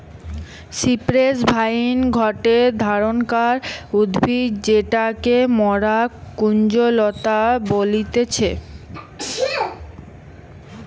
cypress vine গটে ধরণকার উদ্ভিদ যেটাকে মরা কুঞ্জলতা বলতিছে